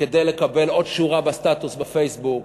כדי לקבל עוד שורה בסטטוס בפייסבוק,